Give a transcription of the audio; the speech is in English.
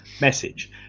message